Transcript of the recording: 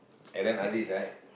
Aaron-Aziz right